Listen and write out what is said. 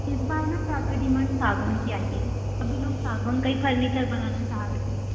इस बार ना ज़्यादा डिमांड सागौन की आई है सभी लोग सागौन का ही फर्नीचर बनाना चाह रहे